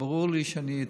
ברור לי שאני איתם,